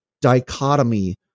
dichotomy